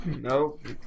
Nope